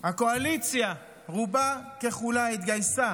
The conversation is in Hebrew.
הקואליציה, רובה ככולה, התגייסה